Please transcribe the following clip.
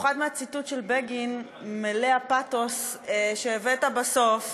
במיוחד מהציטוט של בגין מלא הפתוס שהבאת בסוף.